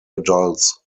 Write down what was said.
adults